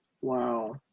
Wow